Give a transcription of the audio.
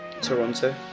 Toronto